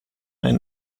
man